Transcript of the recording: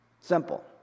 Simple